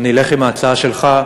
אני אלך עם ההצעה שלך,